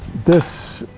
this,